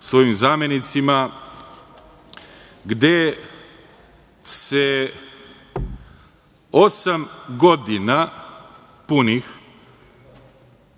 svojim zamenicima, gde osam godina punih